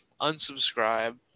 Unsubscribe